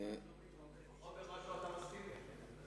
לפחות במשהו אתה מסכים אתי.